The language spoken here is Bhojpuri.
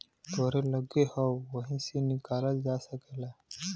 तोहरे लग्गे हौ वही से निकालल जा सकेला